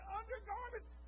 undergarments